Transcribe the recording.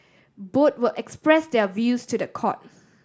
both will express their views to the court